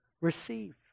receive